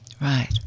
Right